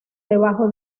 debajo